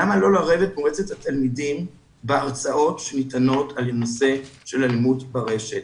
למה לערב את מועצת התלמידים בהרצאות שניתנות על נושא של אלימות ברשת?